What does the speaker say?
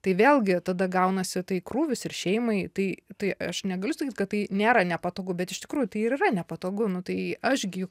tai vėlgi tada gaunasi tai krūvis ir šeimai tai tai aš negaliu sakyt kad tai nėra nepatogu bet iš tikrųjų tai ir yra nepatogu nu tai aš gi